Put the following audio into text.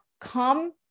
come